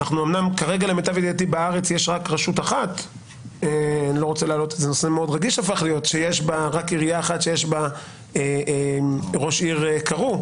אומנם כרגע למיטב ידיעתי בארץ יש רק עירייה אחת שיש בה ראש עיר קרוא.